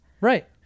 right